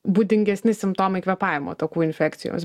būdingesni simptomai kvėpavimo takų infekcijos